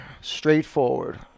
straightforward